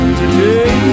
today